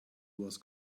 was